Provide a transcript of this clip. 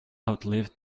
outlive